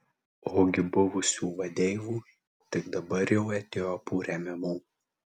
ogi buvusių vadeivų tik dabar jau etiopų remiamų